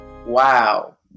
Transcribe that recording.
Wow